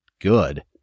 good